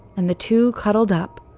and the two cuddled up,